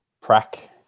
prac